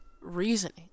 Reasoning